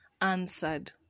answered